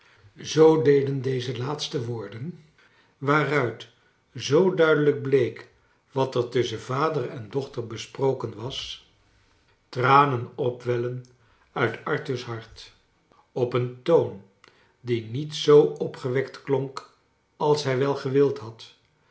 zoo deden deze laatste woorden waaruit zoo duidelijk bleek wat er tusschen vader en dochter besproken was tranen opwellen uit arthur's hart op een toon die niet z opgewekt klonk als hij wel gewild had